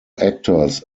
actors